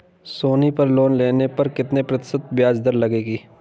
सोनी पर लोन लेने पर कितने प्रतिशत ब्याज दर लगेगी?